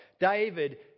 David